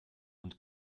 und